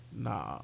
Nah